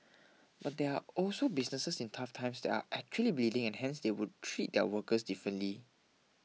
but there are also businesses in tough times that are actually bleeding and hence they would treat their workers differently